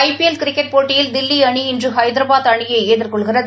ஜ P L cricket போட்டியில் தில்லி அணி இன்று ஹைதராபாத் அணியை எதிர்கொள்கிறது